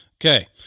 okay